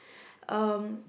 um